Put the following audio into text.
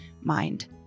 mind